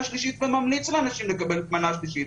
שלישית וממליץ לאנשים לקבל מנה שלישית,